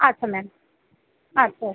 আচ্ছা ম্যাম আচ্ছা